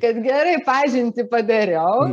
kad gerai pažintį padariau